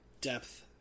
depth